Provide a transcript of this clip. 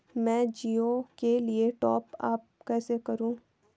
मैं जिओ के लिए टॉप अप कैसे करूँ?